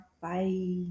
bye